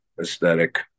aesthetic